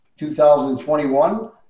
2021